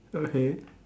okay